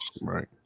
right